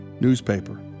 newspaper